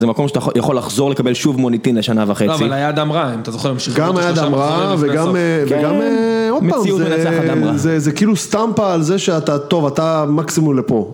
זה מקום שאתה יכול לחזור לקבל שוב מוניטין לשנה וחצי. לא, אבל היה אדם רע, אם אתה זוכר למשיכה. גם היה אדם רע, וגם עוד פעם, זה כאילו סטמפה על זה שאתה טוב, אתה מקסימום לפה.